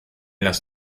las